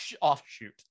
offshoot